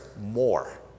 more